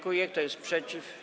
Kto jest przeciw?